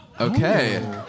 Okay